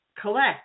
collect